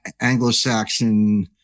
Anglo-Saxon